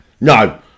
no